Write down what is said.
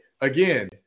again